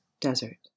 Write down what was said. desert